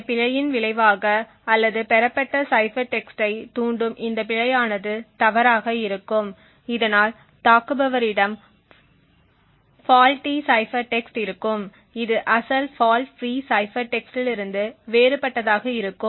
இந்த பிழையின் விளைவாக அல்லது பெறப்பட்ட சைஃபர் டெக்ஸ்டை தூண்டும் இந்த பிழையானது தவறாக இருக்கும் இதனால் தாக்குபவரிடம் ஃபால்ட்டி சைபர் டெக்ஸ்ட் இருக்கும் இது அசல் ஃபால்ட் ஃபிரீ சைபர் டெக்ஸ்ட் இல் இருந்து வேறுபட்டதாக இருக்கும்